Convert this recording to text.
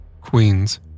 queens